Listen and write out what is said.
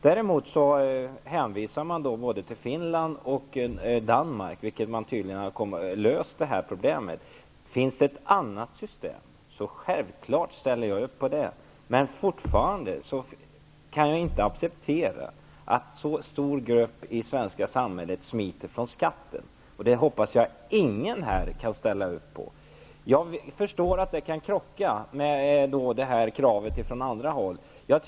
Däremot hänvisar man både till Finland och Danmark, där man tydligen har löst det här problemet. Finns det ett annat system ställer jag självklart upp på det. Men jag kan fortfarande inte acceptera att en så stor grupp i det svenska samhället smiter från skatten. Det hoppas jag att inte någon här vill ställa upp på. Jag förstår att detta kan krocka med krav från andra håll.